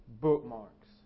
bookmarks